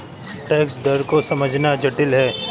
tax दर को समझना जटिल है